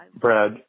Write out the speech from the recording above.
Brad